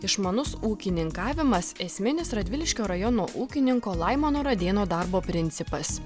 išmanus ūkininkavimas esminis radviliškio rajono ūkininko laimono radėno darbo principas